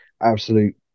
absolute